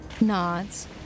nods